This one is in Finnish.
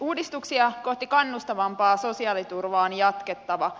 uudistuksia kohti kannustavampaa sosiaaliturvaa on jatkettava